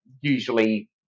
usually